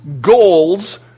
goals